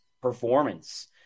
performance